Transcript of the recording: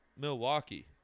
Milwaukee